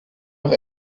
noch